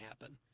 happen